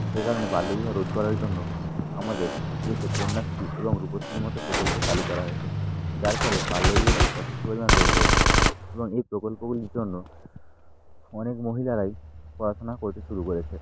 সে কারণে বাল্য বিবাহ রোধ করার জন্য আমাদের দেশে কন্যাশ্রী এবং রূপশ্রীর মতো প্রকল্প চালু করা হয়েছে যার ফলে বাল্য বিবাহ যথেষ্ট পরিমাণে রোধ হয়েছে এবং এই প্রকল্পগুলির জন্য অনেক মহিলারাই পড়াশুনা করতে শুরু করেছে